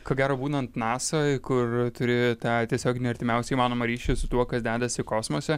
ko gero būnant nasoj kur turi tą tiesioginį artimiausią įmanomą ryšį su tuo kas dedasi kosmose